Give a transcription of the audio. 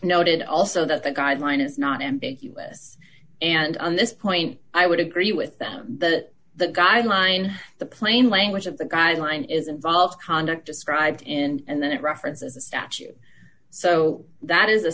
noted also that the guideline is not ambiguous and on this point i would agree with them that the guideline the plain language of the guideline is involved conduct described and that reference as a statute so that is a